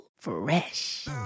Fresh